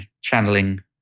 channeling